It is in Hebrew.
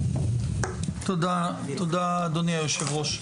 תודה אדוני היושב ראש,